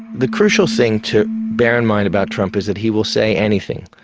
the crucial thing to bear in mind about trump is and he will say anything.